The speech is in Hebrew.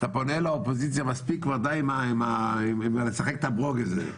שאתה פונה לאופוזיציה, מספיק לשחק את הברוגז הזה.